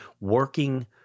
working